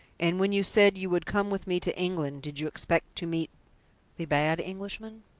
and when you said you would come with me to england, did you expect to meet the bad englishman?